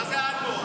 מה זה אלמוג במלעיל?